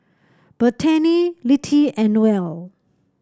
Bethany Littie and Noelle